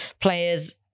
players